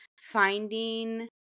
finding